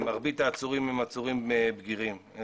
מרבית העצורים הם עצורים בגירים.